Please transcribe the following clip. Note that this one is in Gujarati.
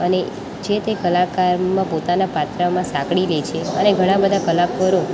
અને જે તે કલાકારમાં પોતાના પાત્રમાં સાંકળી લે છે અને ઘણાબધા કલાકારો